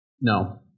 No